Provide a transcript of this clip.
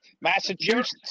Massachusetts